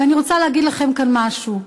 ואני רוצה להגיד לכם כאן משהו.